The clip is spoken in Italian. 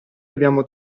abbiamo